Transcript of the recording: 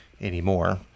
anymore